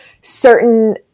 certain